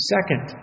Second